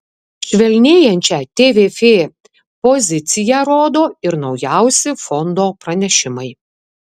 švelnėjančią tvf poziciją rodo ir naujausi fondo pranešimai